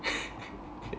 okay